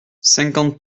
cinquante